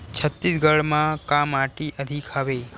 छत्तीसगढ़ म का माटी अधिक हवे?